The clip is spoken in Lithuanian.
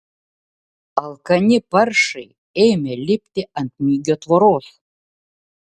alkani paršai ėmė lipti ant migio tvoros